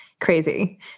Crazy